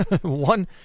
One